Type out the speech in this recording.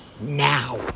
now